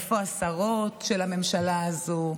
איפה השרות של הממשלה הזאת?